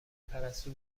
پرستو